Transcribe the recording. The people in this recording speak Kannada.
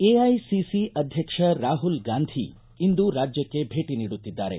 ಎಐಸಿಸಿ ಅಧ್ಯಕ್ಷ ರಾಹುಲ್ ಗಾಂಧಿ ಇಂದು ರಾಜ್ಯಕ್ಷೆ ಭೇಟ ನೀಡುತ್ತಿದ್ದಾರೆ